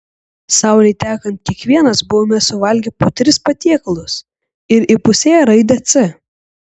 saulei tekant kiekvienas buvome suvalgę po tris patiekalus ir tik įpusėję raidę c